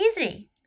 easy